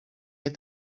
had